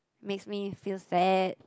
makes me feel sad